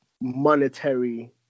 monetary